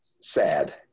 sad